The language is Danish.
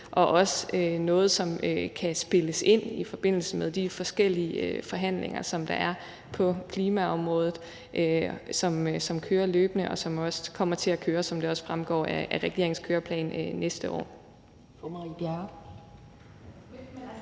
og også som noget, som kan spilles ind i forbindelse med de forskellige forhandlinger, der er på klimaområdet, som kører løbende, og som også kommer til at køre næste år, som det også fremgår af regeringens køreplan. Kl.